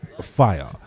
fire